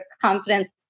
confidence